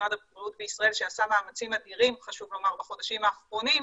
משרד הבריאות בישראל שעשה מאמצים אדירים חשוב לומר בחודשים האחרונים,